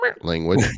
language